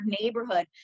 neighborhood